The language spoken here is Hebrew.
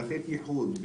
לתת ייחוד,